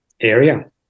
area